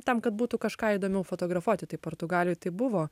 tam kad būtų kažką įdomiau fotografuoti tai portugalijoj tai buvo